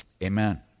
Amen